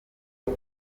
aho